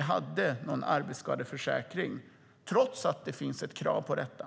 hade ingen arbetsskadeförsäkring, trots att det finns ett krav på detta.